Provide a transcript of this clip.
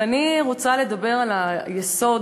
ואני רוצה לדבר על היסוד